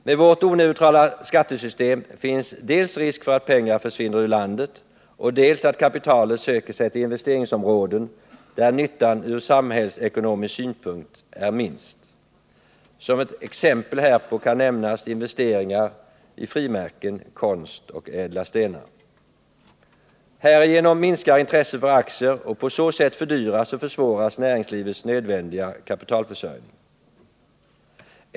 Med vårt oneutrala skattesystem finns dels risk för att pengar försvinner ur landet, dels risk för att kapitalet söker sig till investeringsområden, där nyttan ur samhällsekonomisk synpunkt är minst. Som exempel härpå kan nämnas investeringar i frimärken, konst och ädla stenar. Härigenom minskar intresset för aktier, och på så sätt fördyras och försvåras näringslivets nödvändiga kapitalförsörjning.